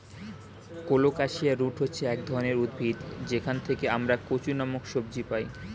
colocasia root হচ্ছে এক ধরনের উদ্ভিদ যেখান থেকে আমরা কচু নামক সবজি পাই